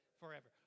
forever